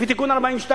לפי תיקון 42,